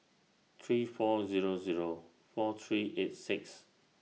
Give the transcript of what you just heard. three four Zero Zero four three eight six